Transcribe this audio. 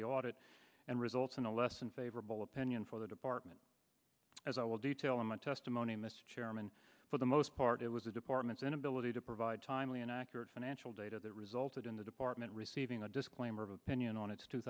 the audit and results in a less than favorable opinion for the department as i will detail in my testimony mr chairman for the most part it was the department's inability to provide timely and accurate financial data that resulted in the department receiving a disclaimer of opinion on its two